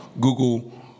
Google